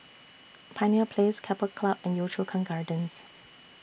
Pioneer Place Keppel Club and Yio Chu Kang Gardens